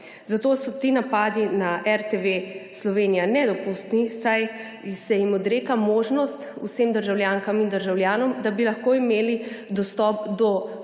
Zato so ti napadi na RTV Slovenija nedopustni, saj se jim odreka možnost, vsem državljankam in državljanom, da bi lahko imeli dostop do